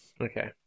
Okay